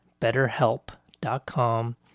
betterhelp.com